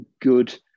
good